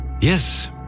yes